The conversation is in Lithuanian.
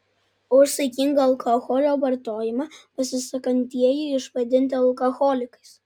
už saikingą alkoholio vartojimą pasisakantieji išvadinti alkoholikais